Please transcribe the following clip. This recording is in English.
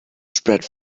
spread